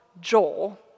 Joel